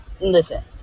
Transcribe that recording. listen